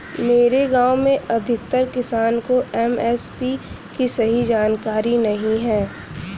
मेरे गांव में अधिकतर किसान को एम.एस.पी की सही जानकारी नहीं है